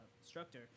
instructor